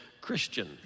Christian